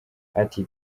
ati